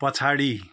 पछाडि